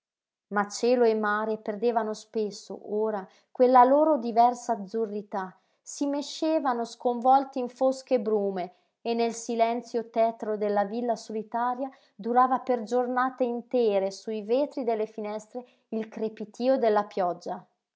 ma cielo e mare perdevano spesso ora quella loro diversa azzurrità si mescevano sconvolti in fosche brume e nel silenzio tetro della villa solitaria durava per giornate intere su i vetri delle finestre il crepitío della pioggia